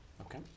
Okay